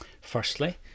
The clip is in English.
Firstly